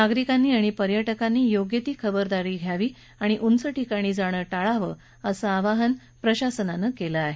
नागरिक आणि पर्यटकांनी योग्य ती खबरदारी घ्यावी उंच ठिकाणी जाण्याचं टाळावं असं आवाहन प्रशासनानं केलं आहे